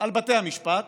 על בתי המשפט,